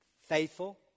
Faithful